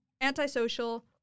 antisocial